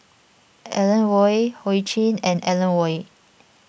Alan Oei Ho Ching and Alan Oei